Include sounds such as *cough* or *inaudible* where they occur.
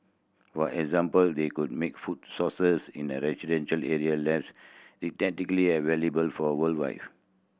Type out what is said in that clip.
for example they could make food sources in residential areas less *unintelligible* available for a wildlife